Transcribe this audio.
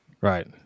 Right